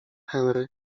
henry